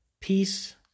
peace